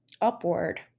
upward